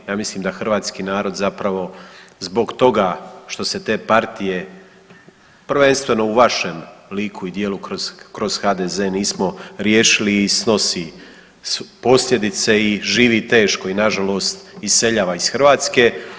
Ja mislim da hrvatski narod zapravo zbog toga što se te partije prvenstveno u vašem liku i djelu kroz HDZ nismo riješili i snosi posljedice i živi teško i na žalost iseljava iz Hrvatske.